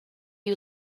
you